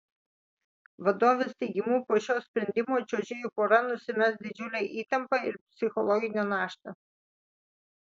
vadovės teigimu po šio sprendimo čiuožėjų pora nusimes didžiulę įtampą ir psichologinę naštą